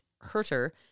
Herter